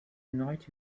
night